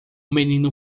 menino